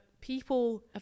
people